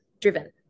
driven